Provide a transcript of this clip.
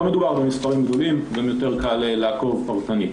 לא מדובר במספרים גדולים וגם יותר קל לעקוב פרטני.